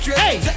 hey